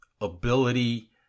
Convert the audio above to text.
ability